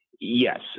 Yes